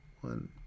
One